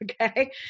okay